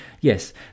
yes